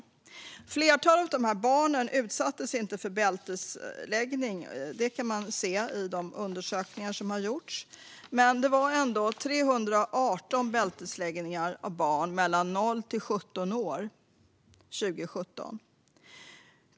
Att flertalet av dessa barn inte utsattes för bältesläggning kan man se i de undersökningar som har gjorts, men det var ändå 318 bältesläggningar av barn 0-17 år 2017.